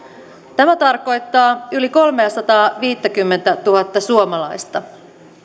tämä tarkoittaa yli kolmesataaviisikymmentätuhatta suomalaista